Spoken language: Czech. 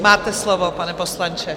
Máte slovo, pane poslanče.